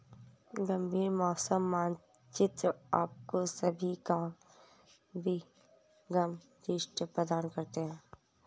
गंभीर मौसम मानचित्र आपको सभी का विहंगम दृश्य प्रदान करता है